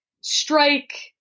strike